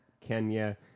Kenya